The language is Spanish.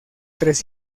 tres